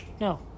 No